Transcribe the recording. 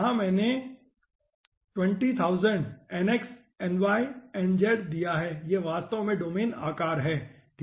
यहाँ मैंने 20000 nx ny nz दिया है ये वास्तव में डोमेन आकार है ठीक है